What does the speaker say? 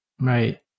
Right